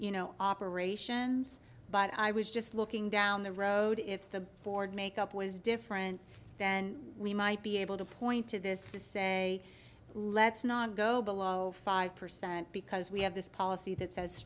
you know operations but i was just looking down the road if the forward make up was different then we might be able to point to this let's not go below five percent because we have this policy that says